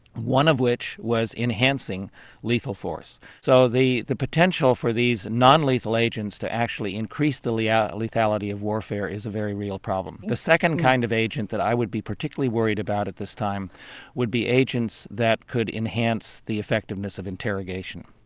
one of which was enhancing lethal force. so the the potential for these non-lethal agents to actually increase the like ah lethality of warfare is a very real problem. the second kind of agent that i would be particularly worried about at this time would be agents that could enhance the effectiveness of interrogation.